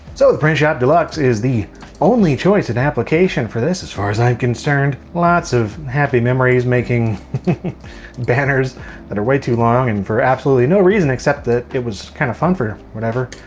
so the print shop deluxe is the only choice and application for this as far as i'm concerned. lots of happy memories making banners that are way too long and for absolutely no reason except that it was kind of fun for whatever.